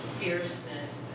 fierceness